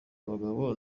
bagabo